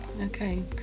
Okay